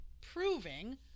proving